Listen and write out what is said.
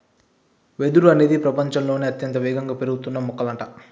వెదురు అనేది ప్రపచంలోనే అత్యంత వేగంగా పెరుగుతున్న మొక్కలంట